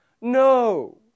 No